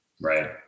Right